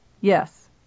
Yes